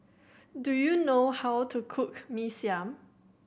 do you know how to cook Mee Siam